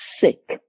sick